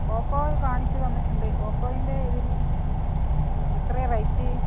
Oppo കാണിച്ച് തന്നിട്ടുണ്ട് ഓപ്പോയിൻ്റെ ഇതിൽ എത്രയാണ് റെയ്റ്റ്